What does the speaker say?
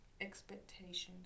expectations